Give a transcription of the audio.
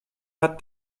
hat